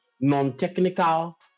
non-technical